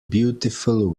beautiful